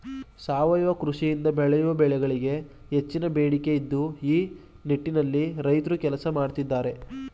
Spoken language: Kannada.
ಸಾವಯವ ಕೃಷಿಯಿಂದ ಬೆಳೆಯುವ ಬೆಳೆಗಳಿಗೆ ಹೆಚ್ಚಿನ ಬೇಡಿಕೆ ಇದ್ದು ಈ ನಿಟ್ಟಿನಲ್ಲಿ ರೈತ್ರು ಕೆಲಸ ಮಾಡತ್ತಿದ್ದಾರೆ